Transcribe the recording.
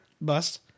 bust